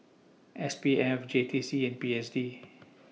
S P F J T C and P S D